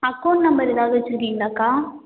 account number ஏதாவது வச்சுருக்கீங்களாக்கா